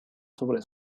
sobre